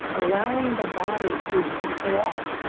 allowing the body to muscle-up.